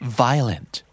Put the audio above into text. violent